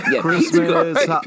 Christmas